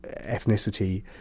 ethnicity